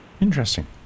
Interesting